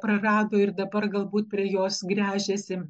prarado ir dabar galbūt prie jos gręžiasi